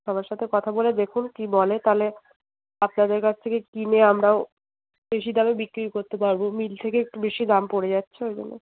সবার সাথে কথা বলে দেখুন কী বলে তাহলে আপনাদের কাছ থেকে কিনে আমরাও বেশি দামে বিক্রি করতে পারবো মিল থেকে একটু বেশি দাম পড়ে যাচ্ছে ওই জন্য